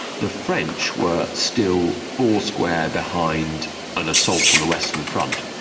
the french were still foursquare behind an assault on the western front.